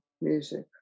music